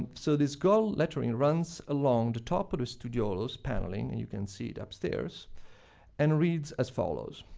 so this gold lettering runs along the top of the studiolo's paneling and you can see it upstairs and reads as follows